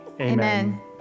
Amen